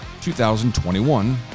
2021